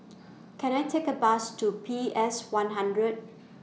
Can I Take A Bus to P S one hundred